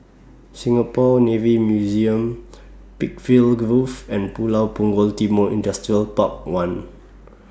Singapore Navy Museum Peakville Grove and Pulau Punggol Timor Industrial Park one